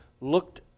looked